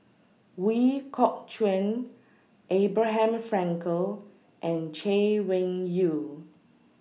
Ooi Kok Chuen Abraham Frankel and Chay Weng Yew